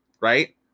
right